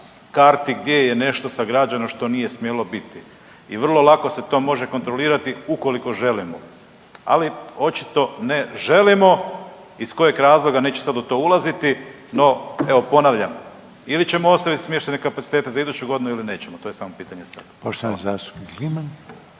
karti gdje je nešto sagrađeno što nije smjelo biti. I vrlo lako se to može kontrolirati ukoliko želimo. Ali očito ne želimo. Iz kojeg razloga neću sad u to ulaziti. No, evo ponavljam ili ćemo ostaviti smještajne kapacitete za iduću godinu ili nećemo, to je samo pitanje sad.